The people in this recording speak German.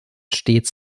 stets